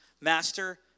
Master